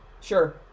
Sure